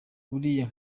buriya